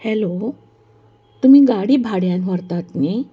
hello तुमी गाडी भाड्यान व्हरतात न्ही